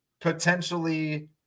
potentially